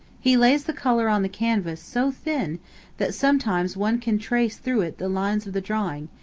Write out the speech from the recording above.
he lays the color on the canvas so thin that sometimes one can trace through it the lines of the drawing,